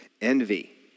envy